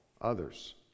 others